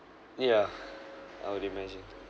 yeah I already mentioned